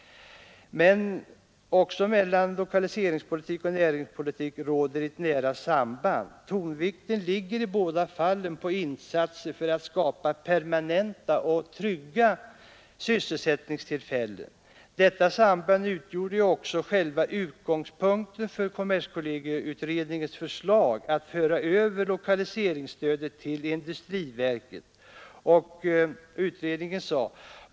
Men också mellan lokaliseringspolitik och näringspolitik råder ett nära samband. Tonvikten ligger i båda fallen på insatser för att skapa permanenta och trygga sysselsättningstillfällen. Detta samband utgjorde också själva utgångspunkten för kommerskollegieutredningens förslag att lokaliseringsstödet skulle föras över till industriverket.